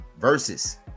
Versus